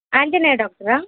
ಆಂಜನೇಯ ಡಾಕ್ಟ್ರಾ